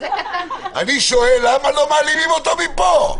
אני שואל למה לא מעלימים אותו מפה?